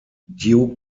duke